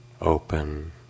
open